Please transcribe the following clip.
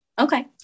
Okay